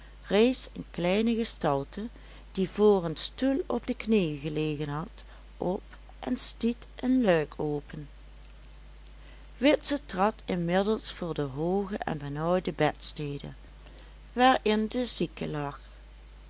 rees een kleine gestalte die voor een stoel op de knieën gelegen had op en stiet een luik open witse trad inmiddels voor de hooge en benauwde bedstede waarin de zieke lag